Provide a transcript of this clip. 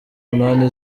munani